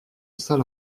sale